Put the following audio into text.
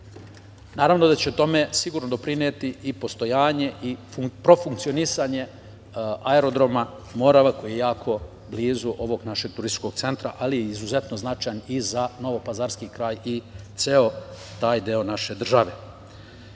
da će tome sigurno doprineti i postojanje i profunkcionisanje aerodroma „Morava“ koji je jako blizu ovog našeg turističkog centra ali je izuzetno značajan i za novopazarski kraj i za ceo taj deo naše